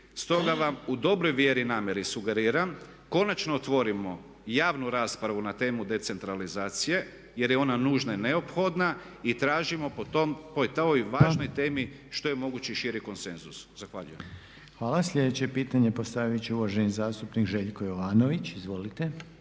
Stoga vam u dobroj vjeri i namjeri sugeriram konačno otvorimo javnu raspravu na temu decentralizacije jer je ona nužna i neophodna i tražimo po toj važnoj temi što je mogući širi konsenzus. Zahvaljujem. **Reiner, Željko (HDZ)** Hvala. Sljedeće pitanje postavit će uvaženi zastupnik Željko Jovanović, izvolite.